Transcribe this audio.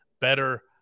Better